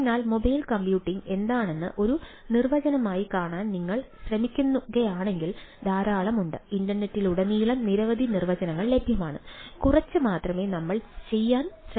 അതിനാൽ mobile computing എന്താണെന്ന് ഒരു നിർവചനമായി കാണാൻ നിങ്ങൾ ശ്രമിക്കുകയാണെങ്കിൽ ധാരാളം ഉണ്ട് ഇന്റർനെറ്റിലുടനീളം നിരവധി നിർവചനങ്ങൾ ലഭ്യമാണ് കുറച്ച് മാത്രമേ നമ്മൾ നോക്കാൻ ശ്രമിക്കുന്നുള്ളൂ